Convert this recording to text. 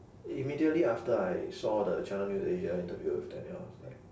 immediately after I saw the channel news asia interview with daniel like